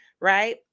right